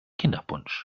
kinderpunsch